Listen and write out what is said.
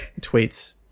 tweets